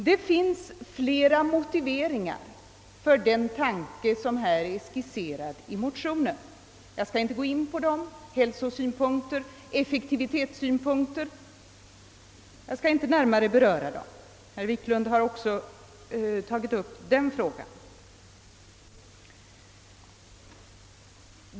Det finns flera motiveringar till det förslag som har skisserats i motionen, bl.a. hälsosynpunkter och effektivitetssynpunkter, men jag skall inte närmare beröra dem; herr Wiklund har delvis tagit upp dem.